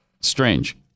Strange